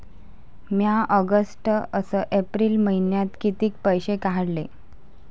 म्या ऑगस्ट अस एप्रिल मइन्यात कितीक पैसे काढले?